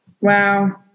Wow